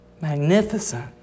magnificent